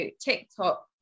TikTok